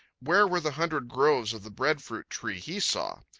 where were the hundred groves of the breadfruit tree he saw?